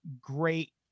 great